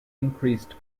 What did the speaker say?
increased